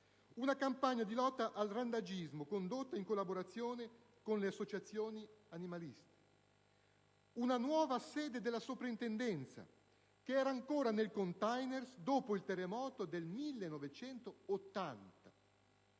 una campagna di lotta al randagismo, condotta in collaborazione con le associazioni animaliste; una nuova sede della soprintendenza, che era ancora nel *container* dopo il terremoto del 1980.